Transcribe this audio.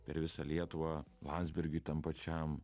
per visą lietuvą landsbergiui tam pačiam